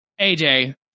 AJ